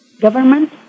government